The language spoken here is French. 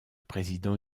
président